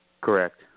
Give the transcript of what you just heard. Correct